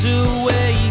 away